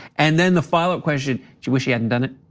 and then the follow up question you wish he hadn't done it?